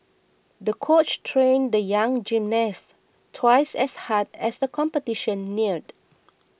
the coach trained the young gymnast twice as hard as the competition neared